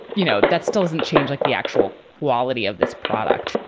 you know, that's doesn't change like the actual quality of this product.